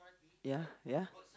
ya ya